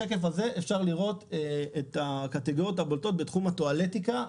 בשקף הזה אפשר לראות את הקטגוריות הבולטות בתחום הטואלטיקה.